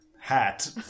Hat